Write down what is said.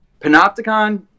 Panopticon